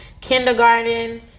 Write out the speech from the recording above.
kindergarten